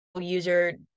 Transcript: user